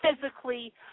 physically